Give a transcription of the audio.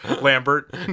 Lambert